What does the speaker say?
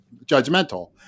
judgmental